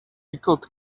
pickled